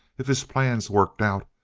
if his plans worked out,